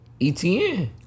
ETN